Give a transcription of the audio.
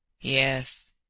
YES